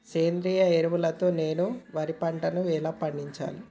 సేంద్రీయ ఎరువుల తో నేను వరి పంటను ఎలా పండించాలి?